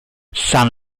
san